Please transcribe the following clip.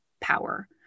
power